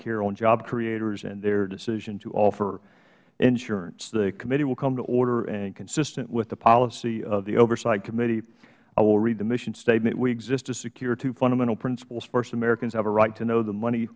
care on job creators and their decision to offer insurance the committee will come to order consistent with the policy of the oversight committee i will read the mission statement we exist to secure two fundamental principles first americans have a right to know the money